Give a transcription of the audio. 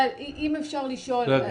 אם אפשר לשאול,